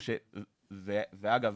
אגב,